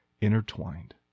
intertwined